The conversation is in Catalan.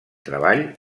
treball